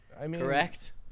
Correct